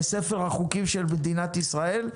לספר החוקים של מדינת ישראל.